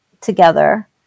together